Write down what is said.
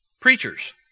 preachers